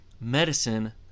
medicine